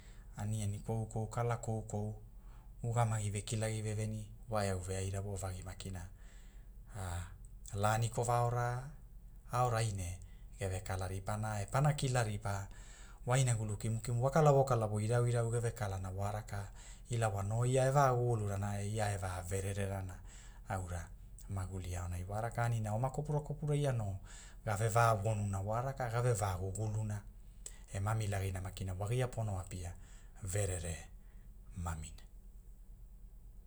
Aniani kou kala koukou, ugamagi vekilagi veveni, wa e au veaira wo vagi makina, lani kovaora, aorai ne, ge ve kala ripana e pana kala ripa, wa inagulu kimukimu wa kalawokalawo irau riau ge ve kalana wa raka, ila wa no ia e va gugulurana e ia e va vererenana, aura, maguli aonai wa raka anina oma kopura kopura ia no gave va wonuna wa raka gave va guguluna, e mamilagina makina wagia pono apia, verere, mamina